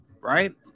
right